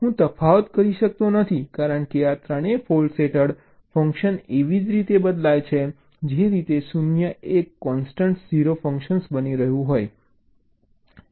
હું તફાવત કરી શકતો નથી કારણ કે આ ત્રણેય ફૉલ્ટ્સ હેઠળ ફંક્શન એવી જ રીતે બદલાય છે જે રીતે તે 0 એક કોન્સટન્ટ 0 ફંક્શન બની રહ્યું છે